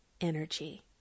energy